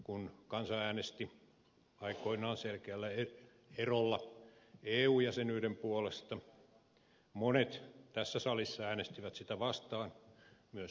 kun kansa äänesti aikoinaan selkeällä erolla eu jäsenyyden puolesta monet tässä salissa äänestivät sitä vastaan myös ed